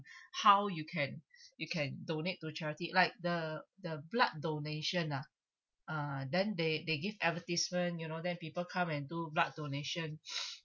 how you can you can donate to charity like the the blood donation ah uh then they they give advertisement you know then people come and do blood donation